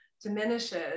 diminishes